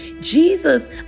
Jesus